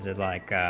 like